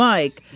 Mike